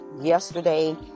yesterday